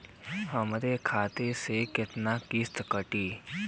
हमरे खाता से कितना किस्त कटी?